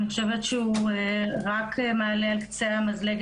אני חושבת שהוא רק מעלה על קצה המזלג